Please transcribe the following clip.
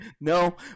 No